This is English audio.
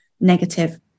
negative